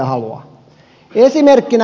heitän esimerkin